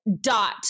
dot